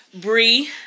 Bree